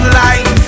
life